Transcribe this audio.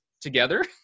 together